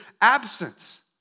absence